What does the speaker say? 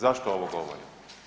Zašto ovo govorim?